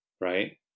right